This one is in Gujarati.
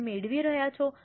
તમે મેળવી રહ્યા છો